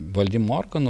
valdymo organų